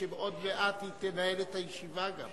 שעוד מעט גם תנהל את הישיבה.